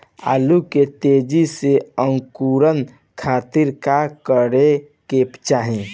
आलू के तेजी से अंकूरण खातीर का करे के चाही?